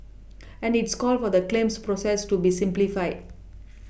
and it's called for the claims process to be simplified